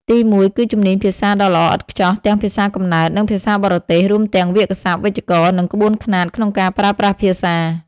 ទីមួយ គឺជំនាញភាសាដ៏ល្អឥតខ្ចោះទាំងភាសាកំណើត និងភាសាបរទេស រួមទាំងវាក្យសព្ទ វេយ្យាករណ៍ និងក្បួនខ្នាតក្នុងការប្រើប្រាស់ភាសា។